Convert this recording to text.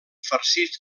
farcits